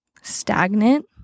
stagnant